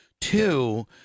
Two